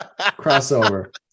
crossover